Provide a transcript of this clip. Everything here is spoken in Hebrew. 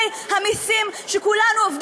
לעזור, נא לא להפריע